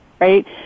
right